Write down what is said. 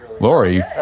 Lori